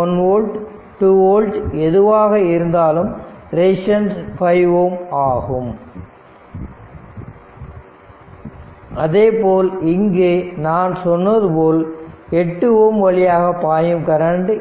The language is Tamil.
1 ஓல்ட் 2 ஓல்ட் எதுவாக இருந்தாலும் ரெசிஸ்டன்ஸ் 5 Ω ஆகும் அதேபோல் இங்கு நான் சொன்னது போல் 8 Ω வழியாக பாயும் கரண்ட் 2